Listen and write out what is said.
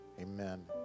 Amen